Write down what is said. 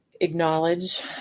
Acknowledge